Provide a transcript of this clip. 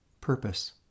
Purpose